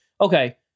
Okay